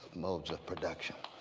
modes of production.